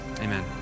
Amen